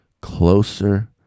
closer